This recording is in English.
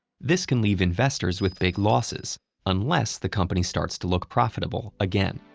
this can leave investors with big losses unless the company starts to look profitable again.